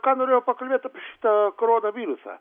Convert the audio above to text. ką norėjau pakalbėt apie šitą koronavirusą